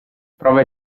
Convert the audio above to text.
prove